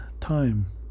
time